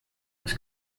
was